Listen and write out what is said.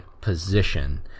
position